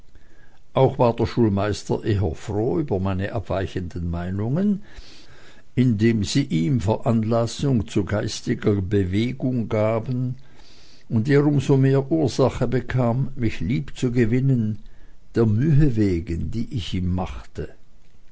auch war der schulmeister eher froh über meine abweichenden meinungen indem sie ihm veranlassung zu geistiger bewegung gaben und er um so mehr ursache bekam mich liebzugewinnen der mühe wegen die ich ihm machte